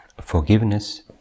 forgiveness